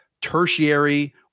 tertiary